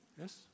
Yes